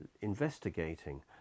investigating